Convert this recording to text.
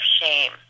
shame